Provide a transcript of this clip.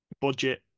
budget